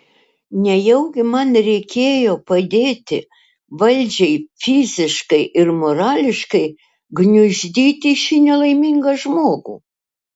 nejaugi man reikėjo padėti valdžiai fiziškai ir morališkai gniuždyti šį nelaimingą žmogų